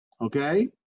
okay